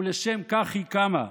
ולשם כך היא קמה,